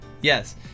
Yes